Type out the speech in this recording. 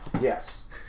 Yes